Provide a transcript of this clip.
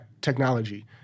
technology